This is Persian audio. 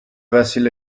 وسیله